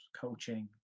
coaching